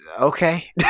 okay